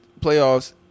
playoffs